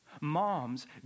Moms